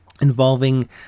involving